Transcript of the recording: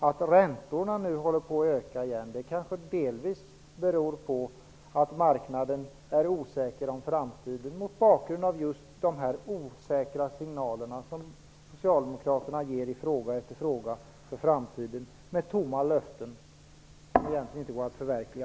Att räntorna nu håller på att gå upp igen kanske delvis beror på att marknaden är osäker på framtiden mot bakgrund av just de osäkra signaler som Socialdemokraterna ger i fråga efter fråga. Man ger bara tomma löften som inte går att förverkliga.